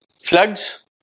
Floods